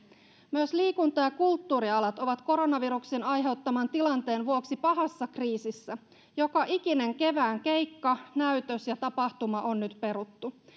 myös liikunta ja kulttuurialat ovat koronaviruksen aiheuttaman tilanteen vuoksi pahassa kriisissä joka ikinen kevään keikka näytös ja tapahtuma on nyt peruttu